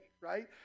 right